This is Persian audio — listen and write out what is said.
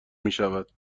میشود